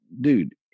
dude